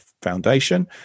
foundation